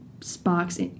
sparks